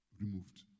removed